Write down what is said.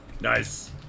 Nice